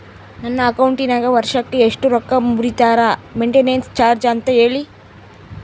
ನನ್ನ ಅಕೌಂಟಿನಾಗ ವರ್ಷಕ್ಕ ಎಷ್ಟು ರೊಕ್ಕ ಮುರಿತಾರ ಮೆಂಟೇನೆನ್ಸ್ ಚಾರ್ಜ್ ಅಂತ ಹೇಳಿ?